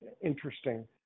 interesting